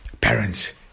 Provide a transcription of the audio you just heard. parents